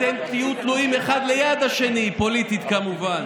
אתם תהיו תלויים אחד ליד השני, פוליטית, כמובן.